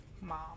Mom